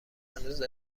هنوز